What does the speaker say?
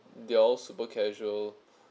they all super casual